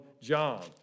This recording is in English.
John